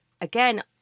again